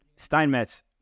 Steinmetz